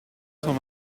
cent